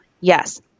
yes